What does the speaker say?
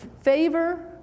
Favor